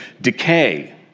decay